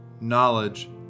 knowledge